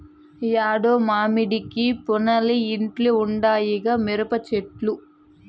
యాడో మడికాడికి పోనేలే ఇంట్ల ఉండాయిగా మిరపచెట్లు